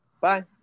Bye